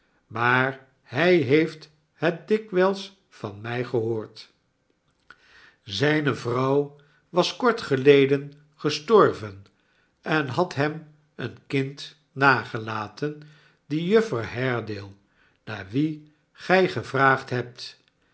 maar hij heeft het dikwijls van mij gehoord zijne vrouw was kort geleden gestorven en had hem een kind nagelaten die juffer haredale naar wie gij gevraagd hebt